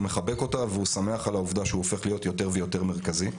הוא מחבק אותה והוא שמח על העובדה שהוא הופך להיות יותר ויותר מרכזי.